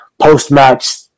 post-match